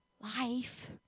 life